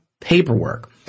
paperwork